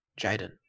Jaden